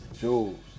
Jules